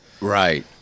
Right